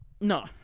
No